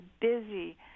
busy